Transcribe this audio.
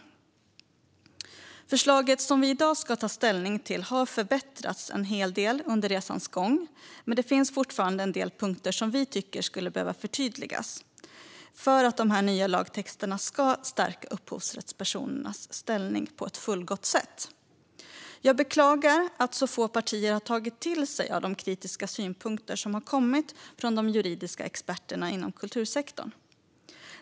Det förslag som vi i dag ska ta ställning till har förbättrats en hel del under resans gång, men det finns fortfarande en del punkter som vi tycker skulle behöva förtydligas för att de nya lagtexterna ska stärka upphovsrättspersoneras ställning på ett fullgott sätt. Jag beklagar att så få partier har tagit till sig de kritiska synpunkter som kommit från de juridiska experterna inom kultursektorn.